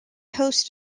host